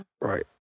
Right